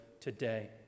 today